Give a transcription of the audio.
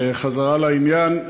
חזרה לעניין.